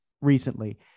recently